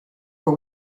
for